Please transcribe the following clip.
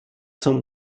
some